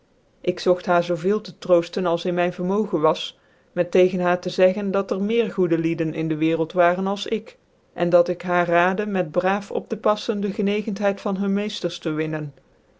ik zogt haar zoo veel tc trooftcn als in mijn vermogen was met tegen haar tc zeggen dat cr meer goede lieden in de waerclt waren als ik en dat ik haar raadc met braaf op tc paffen de genegentheid van hun meefters tc winnen